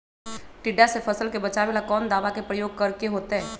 टिड्डा से फसल के बचावेला कौन दावा के प्रयोग करके होतै?